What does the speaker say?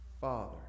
Father